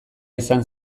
izan